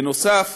נוסף